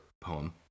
poem